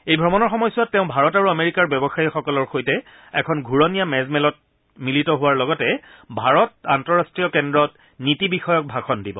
এই ভ্ৰমণৰ সময়ছোৱাত তেওঁ ভাৰত আৰু আমেৰিকাৰ ব্যৱসায়ীসকলৰ সৈতে এখন ঘুৰণীয়া মেজমেলত মিলিত হোৱাৰ লগতে ভাৰত আন্তঃৰাষ্ট্ৰীয় কেন্দ্ৰত নীতি বিষয়ক ভাষণ প্ৰদান কৰিব